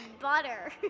Butter